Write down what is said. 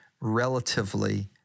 relatively